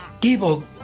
Gable